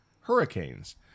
hurricanes